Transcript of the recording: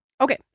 Okay